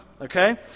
okay